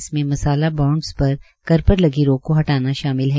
इसमें मसाला बोंडस पर कर पर लगी रोक को हटाना शामिल है